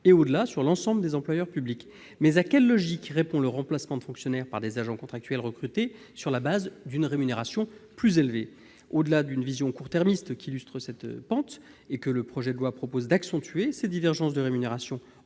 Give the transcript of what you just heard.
et, au-delà, sur l'ensemble des employeurs publics. Mais à quelle logique répond le remplacement de fonctionnaires par des agents contractuels recrutés sur la base d'une rémunération plus élevée ? Au-delà de la vision court-termiste qu'illustre cette pente, et que le projet de loi tend à accentuer, ces divergences de rémunération